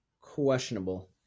Questionable